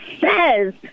says